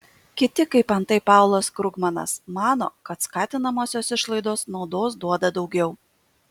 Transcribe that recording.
kiti kaip antai paulas krugmanas mano kad skatinamosios išlaidos naudos duoda daugiau